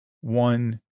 one